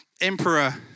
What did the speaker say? Emperor